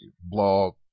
blog